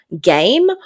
game